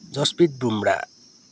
Jasprit Bumrah